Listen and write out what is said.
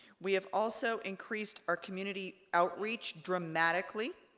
we have also increased our community outreach dramatically.